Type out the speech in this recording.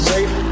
Safe